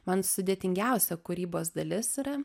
man sudėtingiausia kūrybos dalis yra